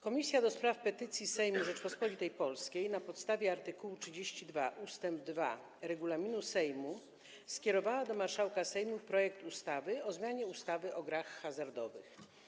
Komisja do Spraw Petycji Sejmu Rzeczypospolitej Polskiej na podstawie art. 32 ust. 2 regulaminu Sejmu skierowała do marszałka Sejmu projekt ustawy o zmianie ustawy o grach hazardowych.